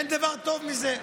אין דבר טוב מזה,